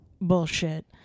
bullshit